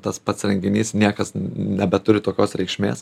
tas pats renginys niekas nebeturi tokios reikšmės